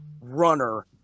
runner